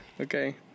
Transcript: Okay